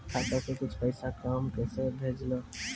खाता के कुछ पैसा काम कैसा भेलौ?